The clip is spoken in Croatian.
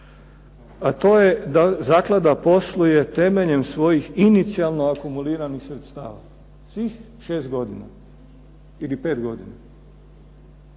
a to je da zaklada posluje temeljem svojih inicijalno akumuliranih sredstava, svih šest godina ili pet godina.